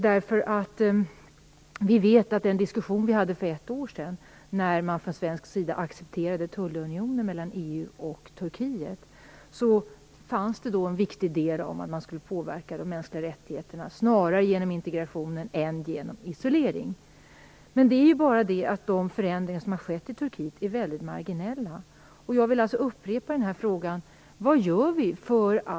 En viktig del i den diskussion vi hade för ett år sedan när Sverige accepterade tullunionen mellan EU och Turkiet var att man skulle påverka de mänskliga rättigheterna genom integration snarare än genom isolering. Det är bara det att de förändringar som har skett i Turkiet är väldigt marginella.